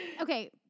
Okay